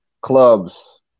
clubs